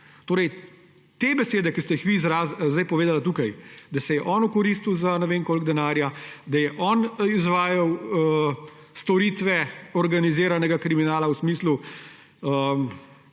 najem. Te besede, ki ste jih vi zdaj povedali tukaj, da se je on okoristil za ne vem koliko denarja, da je on izvajal storitve organiziranega kriminala v smislu